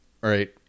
right